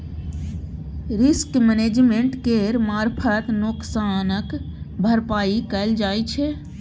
risk management केर मारफत नोकसानक भरपाइ कएल जाइ छै